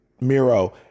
Miro